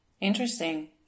Interesting